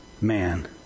man